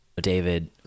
David